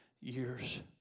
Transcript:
years